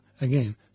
again